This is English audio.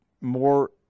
more